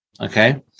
okay